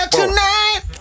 tonight